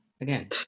again